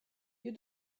you